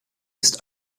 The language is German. ist